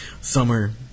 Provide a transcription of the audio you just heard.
summer